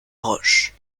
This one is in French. roche